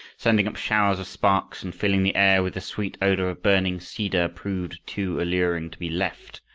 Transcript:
sending up showers of sparks and filling the air with the sweet odor of burning cedar, proved too alluring to be left.